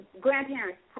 grandparents